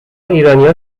ایرانیا